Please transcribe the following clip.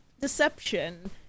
deception